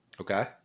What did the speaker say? Okay